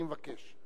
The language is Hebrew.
אני מבקש.